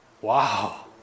Wow